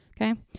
Okay